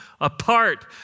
apart